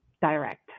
direct